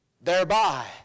Thereby